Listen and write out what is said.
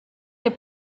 des